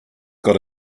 got